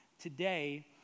today